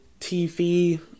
TV